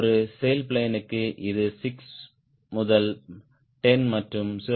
ஒரு sailplane க்கு இது 6 முதல் 10 மற்றும் 0